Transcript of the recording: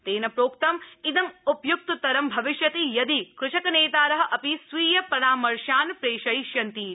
तेन प्रोक्तं इंद उपय्क्ततरं भविष्यति यदि कृषकनेतार अपि स्वीय परामर्शान प्रेषयिष्यन्ति इति